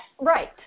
Right